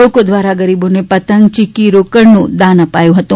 લોકો દ્વારા ગરીબોને પતંગ ચીકી રોકડનું દાન કરાયું હતું